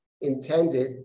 intended